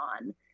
on